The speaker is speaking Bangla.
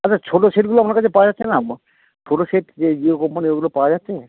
আচ্ছা ছোটো সেটগুলো আপনার কাছে পাওয়া যাচ্ছে না বা ছোটো সেট যে যে কম্পানির ওগুলো পাওয়া যাচ্ছে